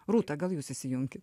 rūta gal jūs įsijunkit